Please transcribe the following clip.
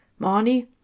Marnie